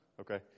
Okay